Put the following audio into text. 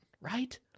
Right